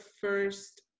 first